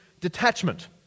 detachment